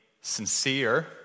sincere